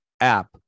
app